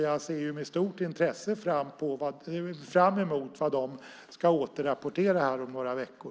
Jag ser med stort intresse fram emot vad de ska återrapportera om några veckor.